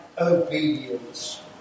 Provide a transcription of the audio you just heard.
obedience